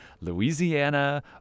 Louisiana